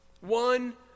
One